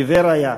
עיוור היה.